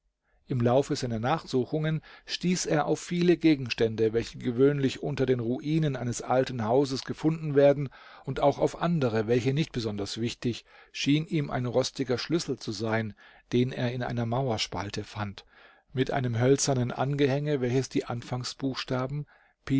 im laufe seiner nachsuchungen stieß er auf viele gegenstände welche gewöhnlich unter den ruinen eines alten hauses gefunden werden und auch auf andere welche nicht besonders wichtig schien ihm ein rostiger schlüssel zu sein den er in einer mauerspalte fand mit einem hölzernen angehänge welches die